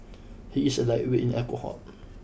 he is a lightweight in alcohol